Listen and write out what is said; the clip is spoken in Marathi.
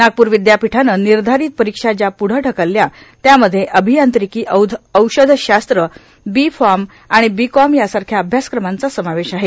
नागपूर विद्यापीठानं निर्धारित परीक्षा ज्या पुढं ढकलल्या त्यामध्ये अभियांत्रिकी औषधशास्त्र बीफॉर्म आणि बीकॉम यासारख्या अभ्यासक्रमांचा समावेश आहे